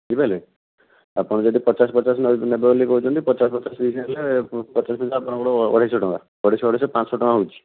ବୁଝିପାରିଲେ ଆପଣ ଯଦି ପଚାଶ ପଚାଶ ନେବେ ବୋଲି କହୁଛନ୍ତି ପଚାଶ ପଚାଶ ପିସ୍ ହେଲେ ପଚାଶ ପଇସା ଆପଣଙ୍କର ଅଢ଼େଇ ଶହ ଟଙ୍କା ଅଢ଼େଇ ଶହ ଅଢ଼େଇ ଶହ ପାଞ୍ଚ ଶହ ଟଙ୍କା ହେଉଛି